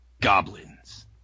Goblins